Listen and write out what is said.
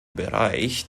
bereich